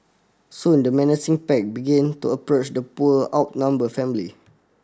soon the menacing pack began to approach the poor outnumber family